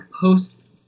post